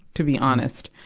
to be honest.